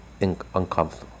uncomfortable